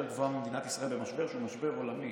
נמוכה ממדינת ישראל במשבר שהוא משבר עולמי,